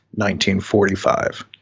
1945